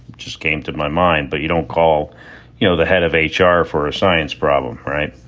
just came to my mind but you don't call, you know, the head of h r. for a science problem. right.